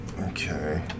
Okay